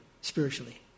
spiritually